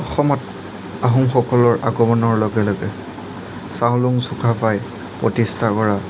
অসমত আহোম সকলৰ আগমনৰ লগে লগে চাওলুং চুকাফাই প্ৰতিষ্ঠা কৰা